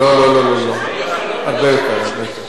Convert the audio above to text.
לא, לא, הרבה יותר.